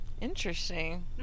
Interesting